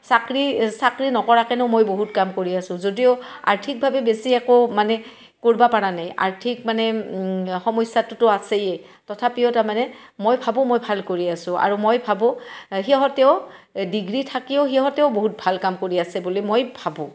চাকৰি চাকৰি নকৰাকেনো মই বহুত কাম কৰি আছো যদিও আৰ্থিকভাৱে বেছি একো মানে কৰিব পৰা নাই আৰ্থিক মানে সমস্যাটোতো আছেই তথাপিও তাৰ মানে মই ভাবো মই ভাল কৰি আছো আৰু মই ভাবো সিহঁতেও ডিগ্ৰী থাকিও সিহঁতেও বহুত ভাল কাম কৰি আছে বুলি মই ভাবোঁ